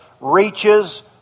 reaches